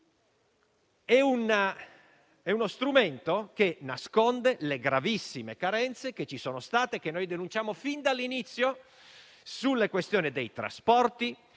È uno strumento che nasconde le gravissime carenze che ci sono state e che noi denunciamo fin dall'inizio sulla questione dei trasporti,